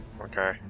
Okay